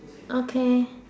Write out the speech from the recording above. okay